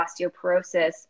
osteoporosis